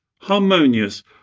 harmonious